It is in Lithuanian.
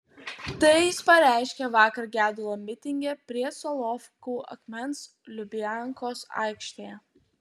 tai jis pareiškė vakar gedulo mitinge prie solovkų akmens lubiankos aikštėje